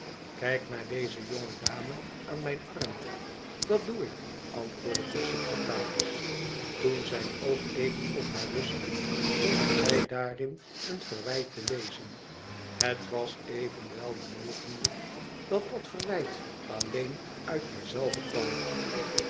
ikijk naar deze jonge dame aan mijn arm dat doe ik antwoordde de secretaris toen zijn oog even op haar rustte meende zij daarin een verwijt te lezen het was evenwel mogelijk dat dat verwijt alleen uit haar zelve kwam